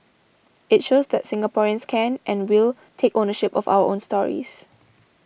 it shows that Singaporeans can and will take ownership of our own stories